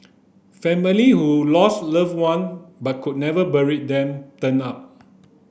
family who lost loved one but could never bury them turned up